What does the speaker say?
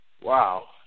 Wow